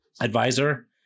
advisor